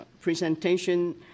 presentation